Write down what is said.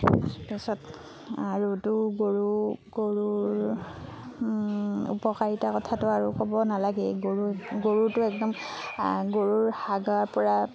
তাৰপাছত আৰুতো গৰু গৰুৰ উপকাৰিতাৰ কথাতো আৰু ক'ব নালাগেই গৰু গৰুটো একদম গৰুৰ হাগাৰ পৰা